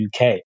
UK